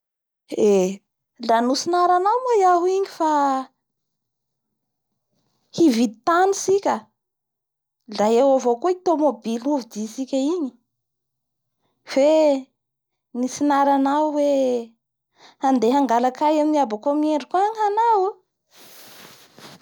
Nitsara tagnamiko moa enao igny fa te hanoratsy boky; Ka i boky tianao hosorata iomoban'ino? Momba ny raza bara moa? Moa moban'ny raha iengatsika henaniky zao?